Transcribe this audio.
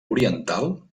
oriental